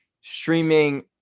streaming